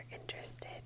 interested